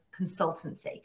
consultancy